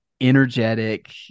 energetic